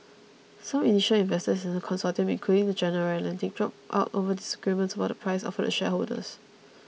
some initial investors in the consortium including General Atlantic dropped out over disagreement about the price offered to shareholders